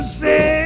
say